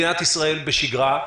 במדינת ישראל בשגרה,